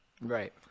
right